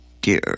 dear